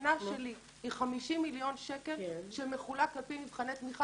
התקנה שלי היא 50 מיליון שקל שמחולק על פי מבחני תמיכה